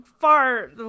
far